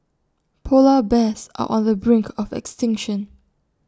Polar Bears are on the brink of extinction